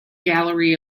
gallery